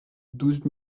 douze